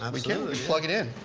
um we can. plug it in.